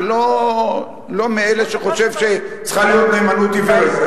אני לא מאלה שחושבים שצריכה להיות נאמנות עיוורת.